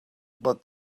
but